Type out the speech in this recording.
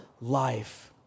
life